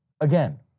Again